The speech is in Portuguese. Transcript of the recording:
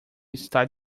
está